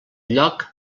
lloc